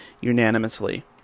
unanimously